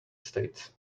states